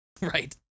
Right